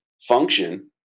function